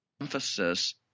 emphasis